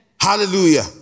Hallelujah